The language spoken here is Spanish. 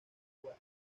agua